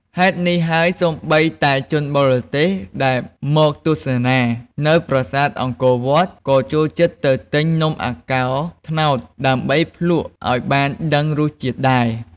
ហេតុនេះហើយ សូម្បីតែជនបរទេសដែលមកទស្សនានៅប្រាសាទអង្គរវត្ត ក៏ចូលចិត្តទៅទិញនំអាកោត្នោត ដើម្បីភ្លក្សឱ្យបានដឹងរសជាតិដែរ។